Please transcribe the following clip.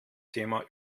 thema